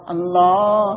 Allah